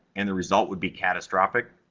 and the result would be catastrophic,